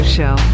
Show